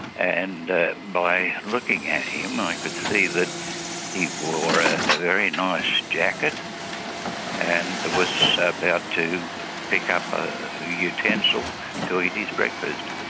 and by looking at him i could see that he wore ah a very nice jacket and was about to pick up a utensil to eat his breakfast.